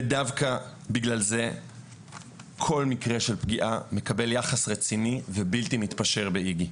ודווקא בגלל זה כל מקרה של פגיעה מקבל יחס רציני ובלתי מתפשר באיג"י.